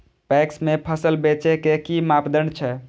PACS में फसल बेचे के कि मापदंड छै?